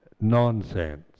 nonsense